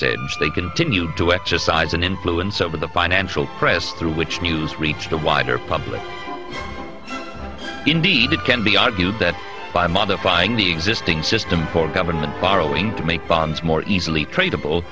age they continued to exercise an influence over the financial press through which news reached a wider public indeed it can be argued that by modifying the existing system for government borrowing to make bonds more easily tradable